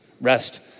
rest